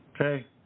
Okay